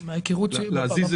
מן ההיכרות שלי,